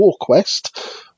Warquest